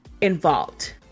involved